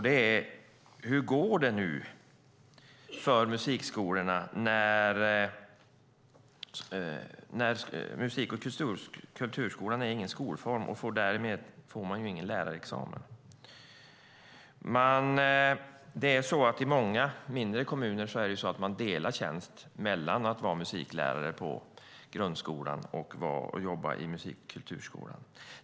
Det är: Hur går det nu för musikskolorna när musik och kulturskolan inte är någon skolform och därmed inte får någon lärarexamen? I många mindre kommuner är det delade tjänster, så att man är musiklärare på grundskolan och jobbar i musik och kulturskolan.